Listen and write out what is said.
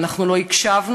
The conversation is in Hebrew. ואנחנו לא הקשבנו,